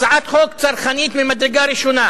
הצעת חוק צרכנית ממדרגה ראשונה,